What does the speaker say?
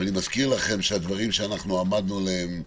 ואני מזכיר לכם שהדברים שאנחנו עמדנו עליהם,